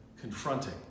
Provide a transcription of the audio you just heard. confronting